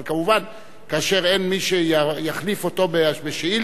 אבל, כמובן, כאשר אין מי שיחליף אותו בשאילתות,